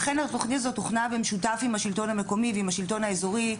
אכן התוכנית הזאת הוכנה במשותף עם השלטון המקומי ועם השלטון האזורי.